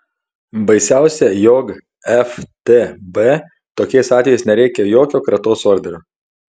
baisiausia jog ftb tokiais atvejais nereikia jokio kratos orderio